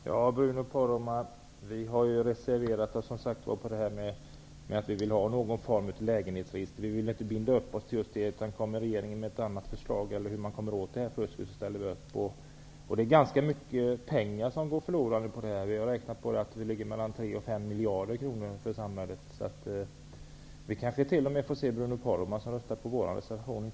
Herr talman! Bruno Poromaa, vi har reservat oss och sagt att vi vill ha någon form av lägenhetsregister. Vi vill inte binda upp oss för någon speciell form. Om regeringen kommer med ett annat förslag till hur man skall komma åt fusket ställer vi upp på det. Ganska mycket pengar går förlorade för samhället. Vi har räknat ut att det rör sig om mellan 3 och 5 miljarder kronor. Det kanske t.o.m. blir så att Bruno Poromaa röstar på vår reservation.